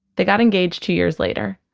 they got engaged two years later.